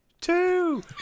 two